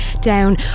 down